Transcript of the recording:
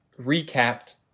recapped